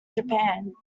japan